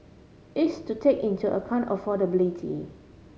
is to take into account affordability